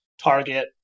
Target